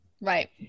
Right